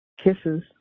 Kisses